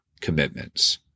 commitments